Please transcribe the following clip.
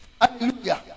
Hallelujah